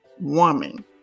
woman